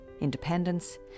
Independence